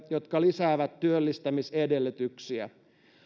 jotka lisäävät työllistämisedellytyksiä